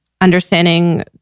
understanding